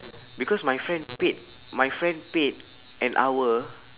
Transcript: because my friend paid my friend paid an hour